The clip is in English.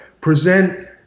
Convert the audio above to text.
present